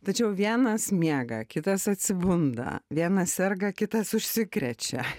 tačiau vienas miega kitas atsibunda viena serga kitas užsikrečia